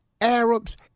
Arabs